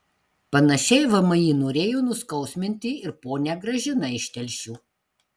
panašiai vmi norėjo nuskausminti ir ponią gražiną iš telšių